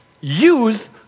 use